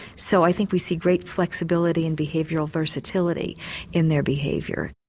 so i think we see great flexibility in behavioural versatility in their behaviour.